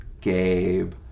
Gabe